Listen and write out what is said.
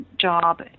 job